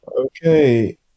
Okay